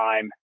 time